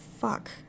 fuck